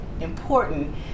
important